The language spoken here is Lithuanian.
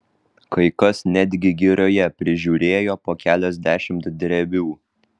kai kas netgi girioje prižiūrėjo po keliasdešimt drevių